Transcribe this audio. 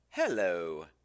Hello